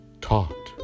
taught